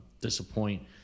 disappoint